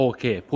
Okay